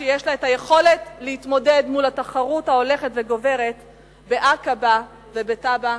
שיש לה היכולת להתמודד מול התחרות ההולכת וגוברת בעקבה ובטאבה.